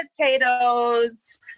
potatoes